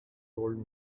told